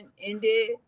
ended